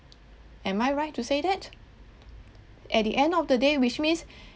am I right to say that at the end of the day which means